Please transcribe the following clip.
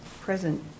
present